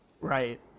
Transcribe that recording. right